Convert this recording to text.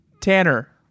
Tanner